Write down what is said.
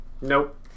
Nope